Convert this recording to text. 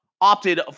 opted